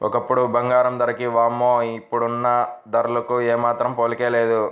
ఒకప్పుడు బంగారం ధరకి వామ్మో ఇప్పుడున్న ధరలకు ఏమాత్రం పోలికే లేదు